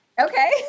Okay